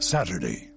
Saturday